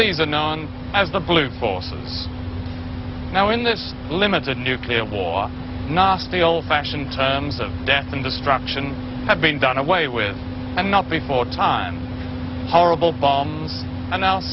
these are known as the blue forces now in this limited nuclear war nost the old fashioned terms of death and destruction have been done away with and not before time horrible bombs an